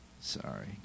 Sorry